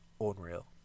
unreal